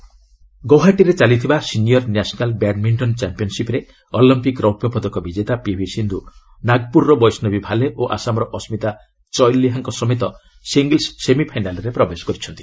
badminton ଗୌହାଟୀରେ ଚାଲିଥିବା senior national badminton ଚମ୍ପିୟନ୍ସିପ୍ରେ ଅଲମ୍ପିକ୍ ରୌପ୍ୟ ପଦକ ବିଜେତା ପିଭି ସିନ୍ଧୁ ନାଗପୁରର ବୈଷ୍ଣବୀ ଭାଲେ ଓ ଆସାମର ଅସ୍କିତା ଚଲିହାଙ୍କ ସମେତ ସିଙ୍ଗିଲ୍ସ ସେମିଫାଇନାଲ୍ରେ ପ୍ରବେଶ କରିଛନ୍ତି